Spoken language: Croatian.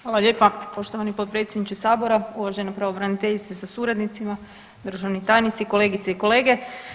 Hvala lijepa poštovani potpredsjedniče sabora, uvažena pravobraniteljice sa suradnicima, državni tajnici, kolegice i kolege.